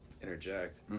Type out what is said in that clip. interject